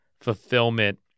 fulfillment